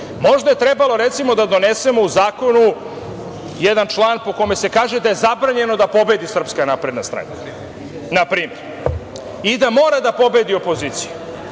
možda je trebalo, recimo, da donesemo u zakonu jedan član po kome se kaže da je zabranjeno da pobedi SNS, na primer, i da mora da pobedi opozicija.